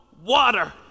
water